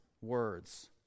words